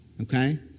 okay